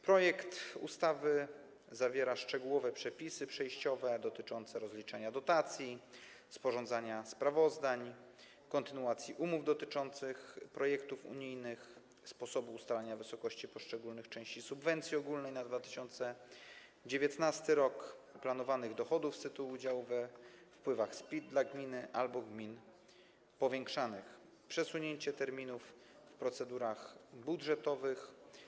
Projekt ustawy zawiera szczegółowe przepisy przejściowe dotyczące rozliczenia dotacji, sporządzania sprawozdań, kontynuacji umów dotyczących projektów unijnych, sposobu ustalania wysokości poszczególnych części subwencji ogólnej na 2019 r., planowanych dochodów z tytułu udziału we wpływach z PIT dla gminy albo gmin powiększanych, przesunięcie terminów w procedurach budżetowych.